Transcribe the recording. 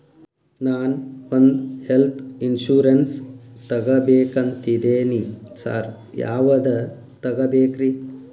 ನಾನ್ ಒಂದ್ health insurance ತಗಬೇಕಂತಿದೇನಿ sir ಯಾವದ ತಗಬೇಕ್ರಿ?